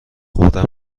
خودم